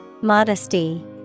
Modesty